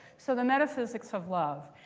so the metaphysics of love.